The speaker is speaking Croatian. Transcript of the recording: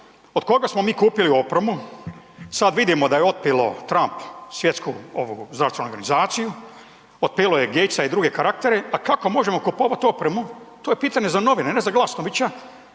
od koga smo mi kupili opremu, sad vidimo da je otpilo Trump svjetsku ovu zdravstvenu organizaciju, otpilo je Gatesa i druge karaktere, a kako možemo kupovat otpremu to je pitanje za novine ne za Glasnovića